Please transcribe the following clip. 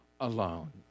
alone